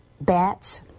bats